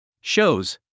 Shows